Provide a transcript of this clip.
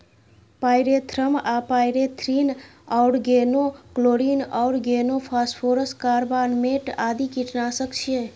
pyrethrum आ pyrethrin, organochlorine, organophosphorus, carbamate आदि कीटनाशक छियै